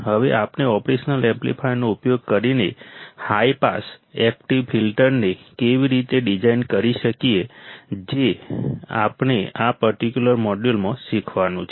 હવે આપણે ઓપરેશનલ એમ્પ્લીફાયરનો ઉપયોગ કરીને હાઇ પાસ એક્ટિવ ફિલ્ટરને કેવી રીતે ડિઝાઇન કરી શકીએ છીએ જે આપણે આ પર્ટિક્યુલર મોડ્યુલમાં શીખવાનું છે